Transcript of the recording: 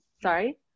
Sorry